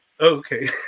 Okay